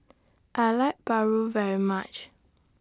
I like Paru very much